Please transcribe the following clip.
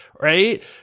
Right